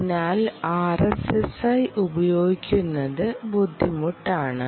അതിനാൽ ആർഎസ്എസ്ഐ ഉപയോഗിക്കുന്നത് ബുദ്ധിമുട്ടാണ്